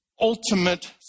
ultimate